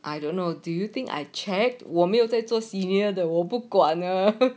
I don't know do you think I checked 我没有在做 senior 的我不管呐